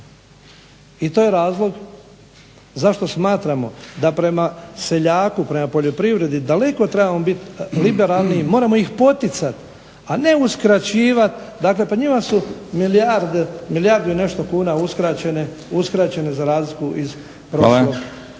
i to je razlog zašto smatramo da prema seljaku, prema poljoprivredi daleko trebamo biti liberalniji, moramo ih poticati a ne uskraćivat. Dakle, pred njima su milijarde, milijardu i nešto kuna uskraćene za razliku iz hrvatskog